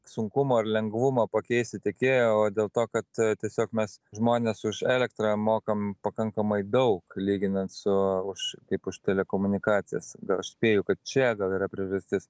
sunkumo ar lengvumo pakeisti tiekėją o dėl to kad tiesiog mes žmonės už elektrą mokam pakankamai daug lyginant su už kaip už telekomunikacijas gal aš spėju kad čia gal yra priežastis